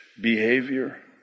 behavior